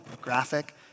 graphic